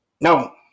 no